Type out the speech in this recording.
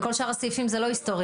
בכל שאר הסעיפים זה לא היסטורי.